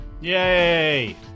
Yay